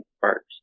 first